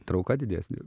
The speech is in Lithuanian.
trauka didesnė